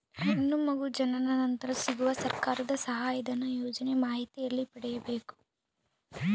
ಹೆಣ್ಣು ಮಗು ಜನನ ನಂತರ ಸಿಗುವ ಸರ್ಕಾರದ ಸಹಾಯಧನ ಯೋಜನೆ ಮಾಹಿತಿ ಎಲ್ಲಿ ಪಡೆಯಬೇಕು?